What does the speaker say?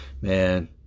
man